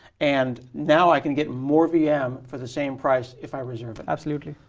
and now i can get more vm for the same price if i reserve it. absolutely.